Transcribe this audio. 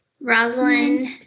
Rosalind